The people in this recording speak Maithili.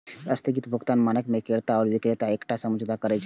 स्थगित भुगतान मानक मे क्रेता आ बिक्रेता एकटा समझौता करै छै